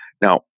Now